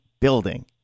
building